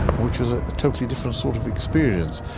which was a totally different sort of experience,